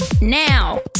Now